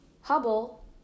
Hubble